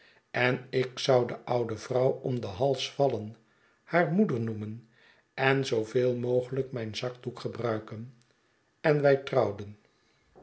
en ik zou de oude vrouw om den hals vallen haar moeder noemen en zoo veel mogelijk mijn zakdoek gebruiken en wij trouwden